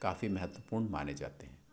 काफ़ी महत्वपूर्ण माने जाते हैं